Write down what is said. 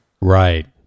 Right